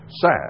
Sad